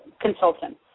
consultant